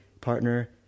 partner